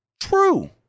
True